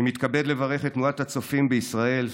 ומתכבד לברך את תנועת הצופים בישראל,